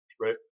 right